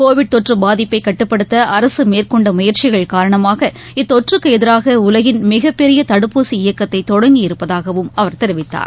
Covid தொற்றுபாதிப்பைகட்டுப்படுத்தஅரசுமேற்கொண்டமுயற்சிகள் காரணமாக இத்தொற்றுக்குஎதிராகஉலகின் மிகப்பெரியதடுப்பூசி இயக்கத்தைதொடங்கி இருப்பதாகவும் அவர் தெரிவித்தார்